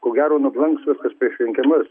ko gero nublanks prieš rinkimus